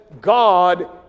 God